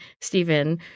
Stephen